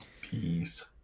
Peace